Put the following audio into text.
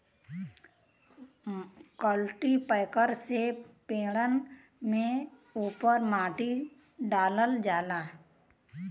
cultipacker से पेड़न के उपर माटी डालल जाला